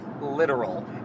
literal